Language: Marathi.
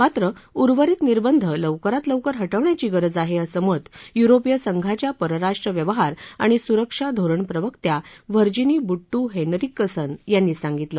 मात्र उर्वरित निर्बंध लवकरात लवकर हटवण्याची गरज आहे असं मत यु्रोपीय संघाच्या परराष्ट्र व्यवहार आणि स्रक्षा धोरण प्रवक्त्या व्हर्जिनी बट्ट हेनरिकसन यांनी सांगितलं